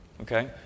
okay